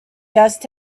dust